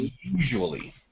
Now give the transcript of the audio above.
usually